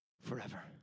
forever